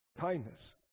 kindness